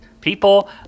People